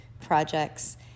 projects